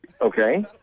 Okay